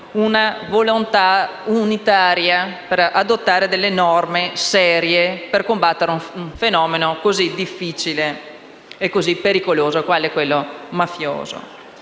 una volontà unitaria di adottare norme serie per combattere un fenomeno così difficile e pericoloso quale quello mafioso.